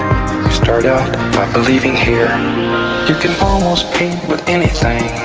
start out by believing here you can almost paint with anything